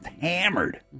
hammered